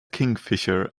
kingfisher